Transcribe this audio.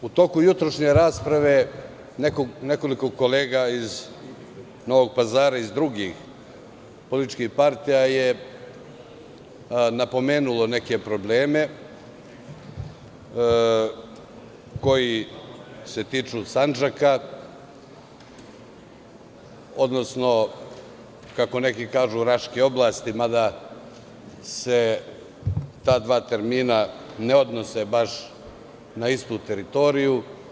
U toku jutrošnje rasprave nekoliko kolega iz Novog Pazara iz drugih političkih partija je napomenulo neke probleme koji se tiču Sandžaka odnosno, kako neki kažu, Raške oblasti, mada se ta dva termina ne odnose baš na istu teritoriju.